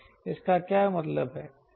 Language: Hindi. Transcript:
इसका क्या मतलब है